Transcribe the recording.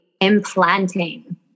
implanting